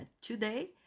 today